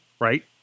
right